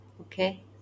Okay